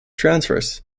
transfers